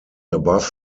above